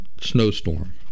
snowstorm